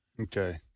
Okay